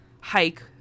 hike